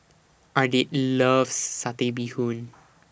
Ardith loves Satay Bee Hoon